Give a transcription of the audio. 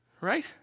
Right